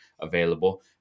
available